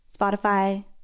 Spotify